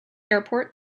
airport